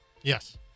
Yes